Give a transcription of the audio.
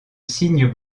cygnes